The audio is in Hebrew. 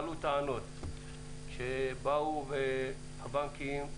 עלו טענות שבאו הבנקים,